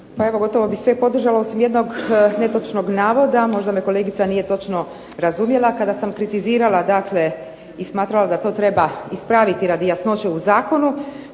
evo gotovo bih sve podržala osim jednog netočnog navoda, možda me kolegica nije točno razumjela kada sam kritizirala dakle i smatrala da to treba ispraviti radi jasnoće u zakonu,